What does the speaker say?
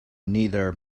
neither